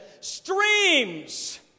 streams